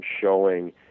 showing –